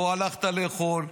פה הלכת לאכול,